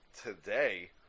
today